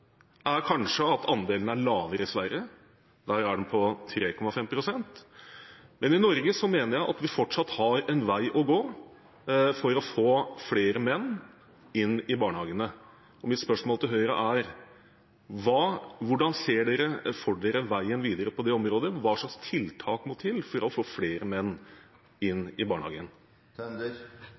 jeg at vi fortsatt har en vei å gå for å få flere menn inn i barnehagen. Mitt spørsmål til Høyre er: Hvordan ser Høyre for seg veien videre på det området, og hva slags tiltak må til for å få flere menn inn i barnehagen?